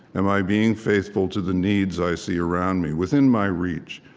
am i being faithful to the needs i see around me within my reach?